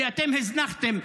כי אתם הזנחתם.